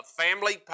Family